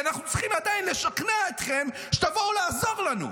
כי אנחנו צריכים עדיין לשכנע אתכם שתבואו לעזור לנו.